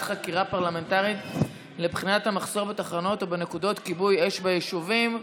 חקירה פרלמנטרית לבחינת המחסור בתחנות ובנקודות כיבוי אש ביישובים.